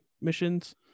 missions